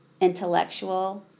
intellectual